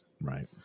Right